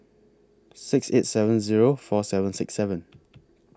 six eight seven Zero four seven six seven